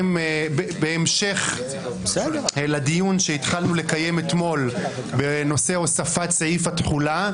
בהמשך לדיון שהתחלנו לקיים אתמול בנושא הוספת סעיף התחולה.